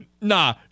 Nah